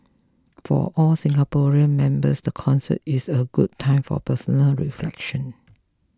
for our Singaporean members the concert is a good time for personal reflection